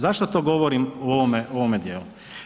Zašto to govorim u ovome dijelu?